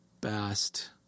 best